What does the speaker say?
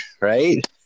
right